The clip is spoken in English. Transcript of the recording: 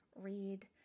read